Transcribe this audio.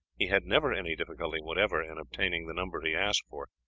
he had never any difficulty whatever in obtaining the number he asked for,